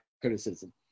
criticism